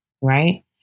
right